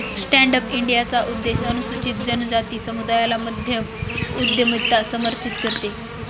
stand up इंडियाचा उद्देश अनुसूचित जनजाति समुदायाला मध्य उद्यमिता समर्थित करते